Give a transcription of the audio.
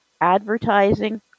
advertising